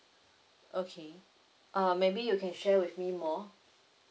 okay um maybe you can share with me more